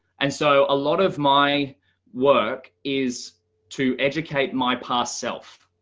and so a lot of my work is to educate my past self.